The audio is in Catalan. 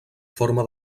forma